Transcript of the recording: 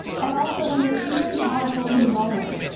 and also when they're feeling powerful in the moment.